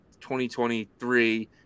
2023